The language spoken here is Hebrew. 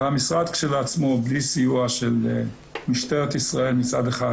אבל המשרד כשלעצמו בלי סיוע של משטרת ישראל מצד אחד,